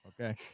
Okay